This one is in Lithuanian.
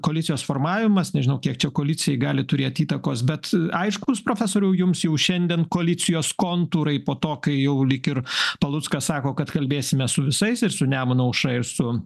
koalicijos formavimas nežinau kiek čia koalicijai gali turėt įtakos bet aiškūs profesoriau jums jau šiandien koalicijos kontūrai po to kai jau lyg ir paluckas sako kad kalbėsime su visais ir su nemuno aušra ir su